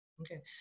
Okay